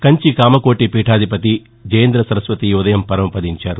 కంచి కామకోటి పీఠాధిపతి జయేంద్ర సరస్వతి ఈ ఉదయం పరమపదించారు